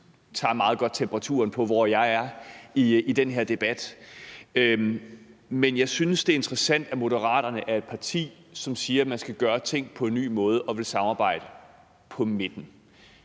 når jeg tager temperaturen på den. Men jeg synes, det er interessant, at Moderaterne er et parti, som siger, at man skal gøre tingene på en ny måde, og at man vil samarbejde på midten.